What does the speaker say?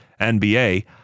NBA